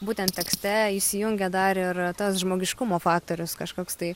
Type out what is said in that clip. būtent tekste įsijungia dar ir tas žmogiškumo faktorius kažkoks tai